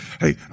hey